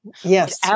Yes